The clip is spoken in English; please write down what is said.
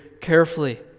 carefully